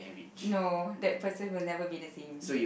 no that person will never be the same